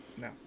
No